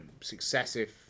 successive